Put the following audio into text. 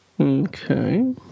Okay